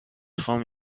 خوام